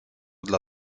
dla